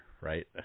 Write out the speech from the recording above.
right